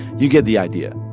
you get the idea.